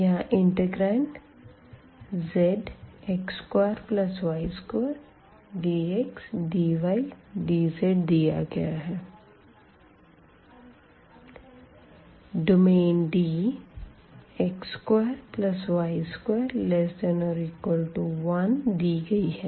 यहाँ इंटिग्रांड zx2y2dxdydzदिया गया है डोमेन D x2y2≤1दी गई है